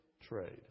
trade